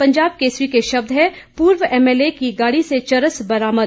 पंजाब केसरी के शब्द हैं पूर्व एमएलए की गाड़ी से चरस बरामद